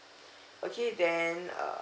okay then uh